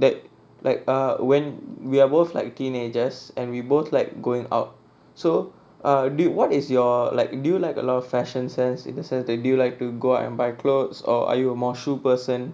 that like ah when we are both like teenagers and we both like going out so ah dude what is your like do like a lot of fashion sense in the sense that you like to go out and buy clothes or are you more shoe person